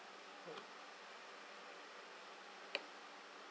oh